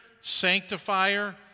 Sanctifier